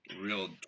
real